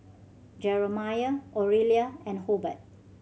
Jeremiah Orelia and Hobart